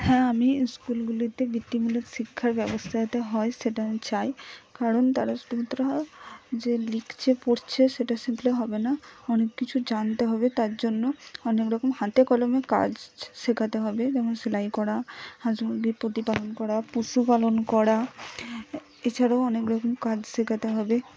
হ্যাঁ আমি স্কুলগুলিতে বৃত্তিমূলক শিক্ষার ব্যবস্থা যাতে হয় সেটা আমি চাই কারণ তারা শুধুমাত্র যে লিখছে পড়ছে সেটা শিখলে হবে না অনেক কিছু জানতে হবে তার জন্য অনেক রকম হাতে কলমে কাজ শেখাতে হবে যেমন সেলাই করা হাঁস মুরগি প্রতিপালন করা পশুপালন করা এছাড়াও অনেক রকম কাজ শেখাতে হবে